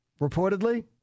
reportedly